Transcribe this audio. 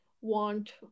want